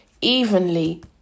evenly